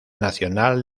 nacional